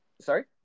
Sorry